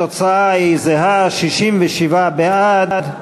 התוצאה היא זהה, 67 בעד,